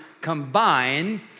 combine